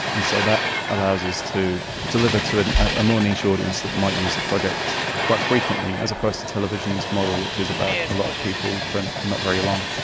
and so that allows us to deliver to and a more niche audience that might use the project quite frequently as opposed to television's model which is about a lot of people for not very long.